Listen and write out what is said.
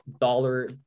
dollar